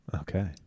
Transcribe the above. Okay